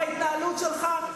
בהתנהלות שלך,